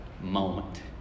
moment